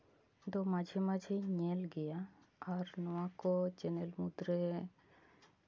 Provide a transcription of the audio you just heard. ᱫᱚ ᱢᱟᱡᱷᱮ ᱢᱟᱡᱷᱮᱧ ᱧᱮᱞ ᱜᱮᱭᱟ ᱟᱨ ᱱᱚᱣᱟ ᱠᱚ ᱪᱮᱱᱮᱞ ᱢᱩᱫᱽᱨᱮ